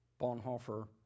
Bonhoeffer